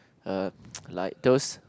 a like those